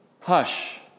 Hush